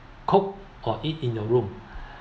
cook or eat in your room